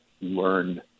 learned